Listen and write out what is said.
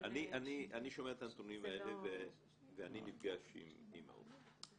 אני שומע את הנתונים האלה, ואני נפגש עם אימהות.